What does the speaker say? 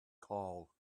call